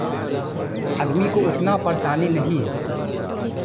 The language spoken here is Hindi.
आदमी को उतना परेशानी नहीं है